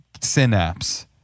synapse